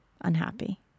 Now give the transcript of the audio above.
unhappy